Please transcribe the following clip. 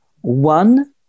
one